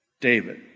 David